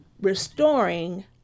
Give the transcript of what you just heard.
restoring